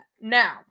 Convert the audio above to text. Now